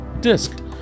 disc